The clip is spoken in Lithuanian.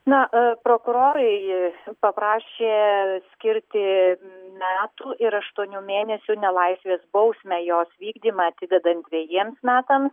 na prokurorai paprašė skirti metų ir aštuonių mėnesių nelaisvės bausmę jos vykdymą atidedant dvejiems metams